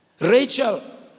Rachel